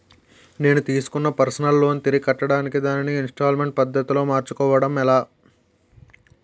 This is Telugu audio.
నేను తిస్కున్న పర్సనల్ లోన్ తిరిగి కట్టడానికి దానిని ఇంస్తాల్మేంట్ పద్ధతి లో మార్చుకోవడం ఎలా?